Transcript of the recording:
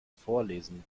vorlesen